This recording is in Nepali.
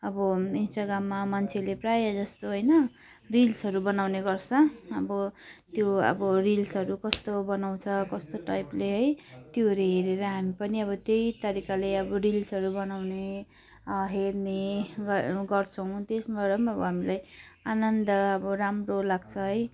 अब इन्स्टाग्राममा मान्छेले प्रायःजस्तो होइन रिल्सहरू बनाउने गर्छ अब त्यो अब रिल्सहरू कस्तो बनाउँछ कस्तो टाइपले है त्योहरू हेरेर हामी पनि अब त्यही तरिकाले अब रिल्सहरू बनाउने अँ हेर्ने गर गर्छौँ त्यसबाट पनि अब हामीले आनन्द अब राम्रो लाग्छ है